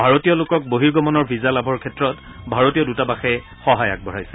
ভাৰতীয় লোকক বহিৰ্গমনৰ ভিজা লাভৰ ক্ষেত্ৰত ভাৰতীয় দূতাবাসে সহায় আগবঢ়াইছে